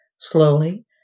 Slowly